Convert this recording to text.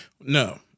No